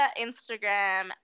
instagram